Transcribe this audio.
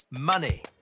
money